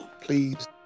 please